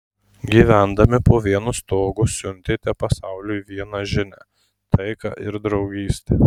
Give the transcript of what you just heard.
gyvendami po vienu stogu siuntėte pasauliui vieną žinią taiką ir draugystę